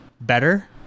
better